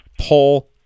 pull